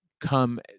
Come